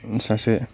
सासे